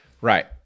Right